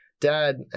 dad